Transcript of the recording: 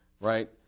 right